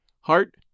heart